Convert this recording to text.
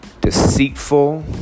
deceitful